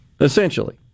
essentially